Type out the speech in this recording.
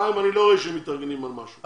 בינתיים אני לא רואה שמתארגנים על משהו.